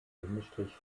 bindestrich